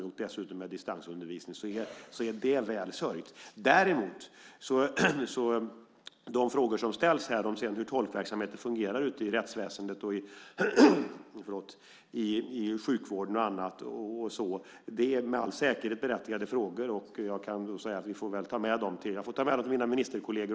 Dessutom har vi, som sagt, distansundervisning, så det är väl sörjt för detta. De frågor som ställts om hur tolkverksamheten sedan fungerar i rättsväsendet och i sjukvården exempelvis är med all säkerhet berättigade frågor. Jag får ta med dem till mina ministerkolleger.